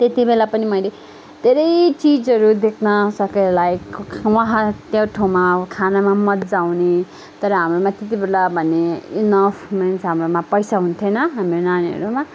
त्यतिबेला पनि मैले धेरै चिजहरू देख्न सकेँ लाइक वहाँ त्यो ठाउँमा खानामा पनि मज्जा आउने तर हाम्रोमा त्यतिबेला भने इनअफ मिन्स् हाम्रोमा पैसा हुन्थेन हाम्रो नानीहरूमा